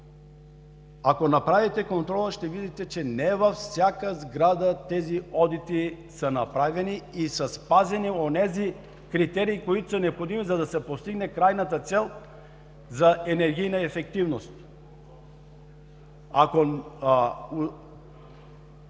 ако направите контрола, ще видите, че не във всяка сграда тези одити са направени и са спазени онези критерии, които са необходими, за да се постигне крайната цел за енергийна ефективност. Ако